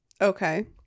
Okay